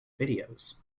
videos